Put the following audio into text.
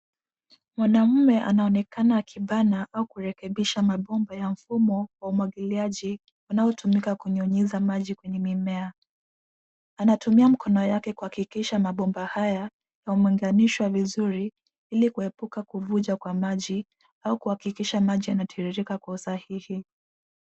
Mwanaume anaonekana akibana au kurekebisha mabomba ya mfumo wa umwagiliaji unaotumika kunyunyiza maji kwenye mimea. Anatumia mikono yake kuhakikisha mabomba haya yameunganishwa vizuri ili kuhebuka kuvunja kwa maji au kuhakikisha maji yanatiririka kwa usahihi.